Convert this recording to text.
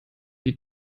die